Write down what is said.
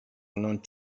non